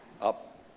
up